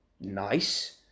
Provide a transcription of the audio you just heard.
Nice